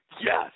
Yes